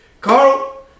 Carl